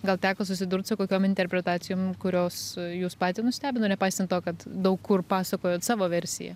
gal teko susidurt su kokiom interpretacijom kurios jus patį nustebino nepaisant to kad daug kur pasakojot savo versiją